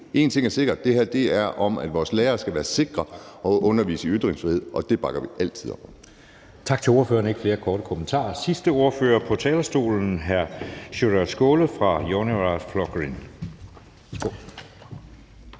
En ting er sikkert, og det er, at vores lærere skal være sikre i at undervise i ytringsfrihed, og det bakker vi altid op